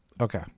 Okay